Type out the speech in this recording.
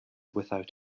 without